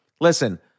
listen